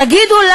תגידו,